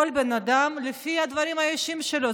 כל בן אדם, לפי הדברים האישיים שלו.